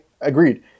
agreed